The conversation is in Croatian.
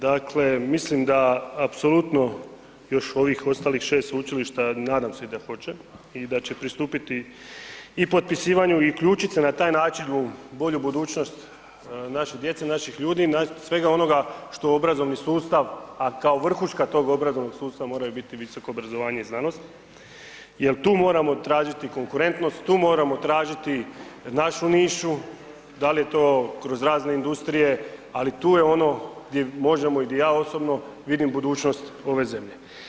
Dakle, mislim da apsolutno još u ovih ostalih 6 sveučilišta, nadam se da hoće i da će pristupiti i potpisivanju i uključiti se na taj način u bolju budućnost naše djece, naših ljudi i svega onoga što obrazovni sustav, a kao vrhuška tog obrazovnog sustava moraju biti obrazovanje i znanost jer tu moramo tražiti konkurentnost, tu moramo tražiti našu nišu, da li je to kroz razne industrije, ali tu je ono gdje možemo i di ja osobno, vidim budućnost ove zemlje.